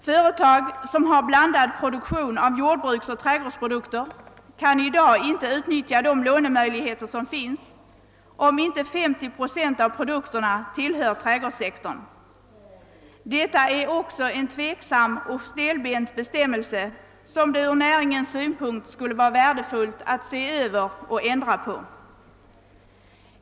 Företag, som har en blandad produktion av jordbruksoch trädgårdsprodukter, kan i dag inte utnyttja de lånemöjligheter som finns, om inte 50 procent av produkterna tillhör trädgårdssektorn. Detta är också en tveksam och stelbent bestämmelse, som det ur näringens synpunkt skulle vara värdefullt att få översedd och ändrad.